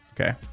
okay